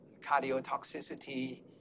cardiotoxicity